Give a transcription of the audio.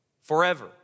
forever